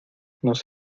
nos